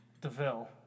DeVille